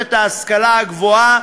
ומערכת ההשכלה הגבוהה,